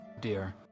dear